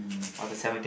mm